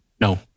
No